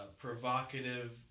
provocative